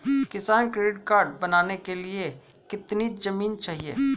किसान credit card बनाने के लिए कितनी जमीन चाहिए?